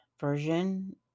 version